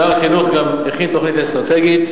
שר החינוך גם הכין תוכנית אסטרטגית.